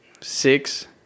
six